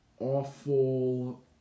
awful